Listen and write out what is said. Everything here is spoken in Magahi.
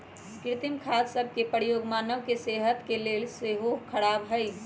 कृत्रिम खाद सभ के प्रयोग मानव के सेहत के लेल सेहो ख़राब हइ